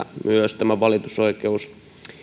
että tämä valitusoikeus